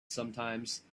sometimes